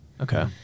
Okay